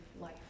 life